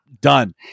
done